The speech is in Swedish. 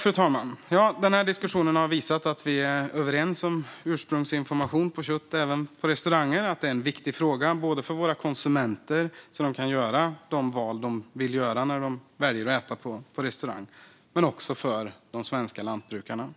Fru talman! Den här diskussionen har visat att vi är överens om ursprungsinformation för kött även på restaurangerna. Det är en viktig fråga för våra konsumenter så att de kan göra de val de vill göra när de väljer att äta på restaurang men också för de svenska lantbrukarna.